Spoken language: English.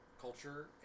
culture